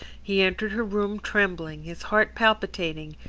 he entered her room trembling, his heart palpitating,